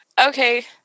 okay